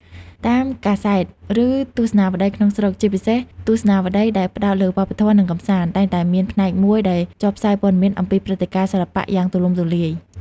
តាមកាសែត ឬទស្សនាវដ្តីក្នុងស្រុក ជាពិសេសទស្សនាវដ្តីដែលផ្តោតលើវប្បធម៌ និងកម្សាន្ត តែងតែមានផ្នែកមួយដែលចុះផ្សាយព័ត៌មានអំពីព្រឹត្តិការណ៍សិល្បៈយ៉ាងទូលំទូលាយ។